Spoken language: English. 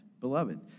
beloved